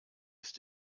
ist